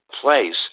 place